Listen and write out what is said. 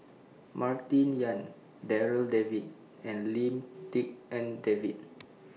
Martin Yan Darryl David and Lim Tik En David